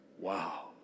Wow